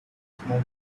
smoke